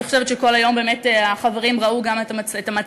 אני חושבת שכל היום באמת החברים ראו גם את המצלמה.